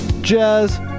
jazz